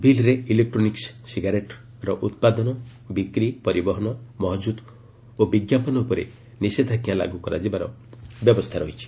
ବିଲ୍ରେ ଇଲେକ୍ଟ୍ରୋନିକ୍ଟ ସିଗାରେଟ୍ର ଉତ୍ପାଦନ ବିକ୍ରି ପରିବହନ ମହଜୁଦ ଓ ବିଜ୍ଞାପନ ଉପରେ ନିଷେଧାଜ୍ଞା ଲାଗୁ କରାଯିବାର ବ୍ୟବସ୍ଥା ରହିଛି